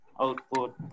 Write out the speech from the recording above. output